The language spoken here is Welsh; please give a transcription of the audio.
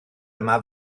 yma